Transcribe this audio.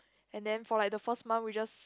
and then for like the first month we just